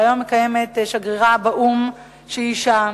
והיום מכהנת שגרירה באו"ם, אשה,